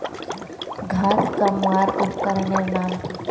घांस कमवार उपकरनेर नाम की?